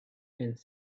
and